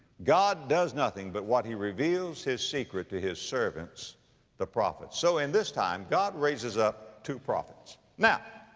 god does nothing but what he reveals his secret to his servants the prophets. so in this time god raises up two prophets. now,